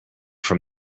from